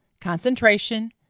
concentration